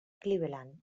cleveland